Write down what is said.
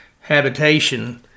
habitation